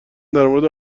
درمورد